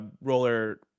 roller